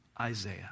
Isaiah